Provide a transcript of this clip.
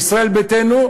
ישראל ביתנו,